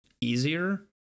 easier